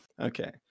Okay